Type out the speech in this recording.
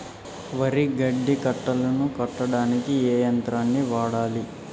వరి గడ్డి కట్టలు కట్టడానికి ఏ యంత్రాన్ని వాడాలే?